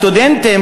הסטודנטים,